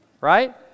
Right